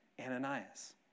Ananias